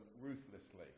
ruthlessly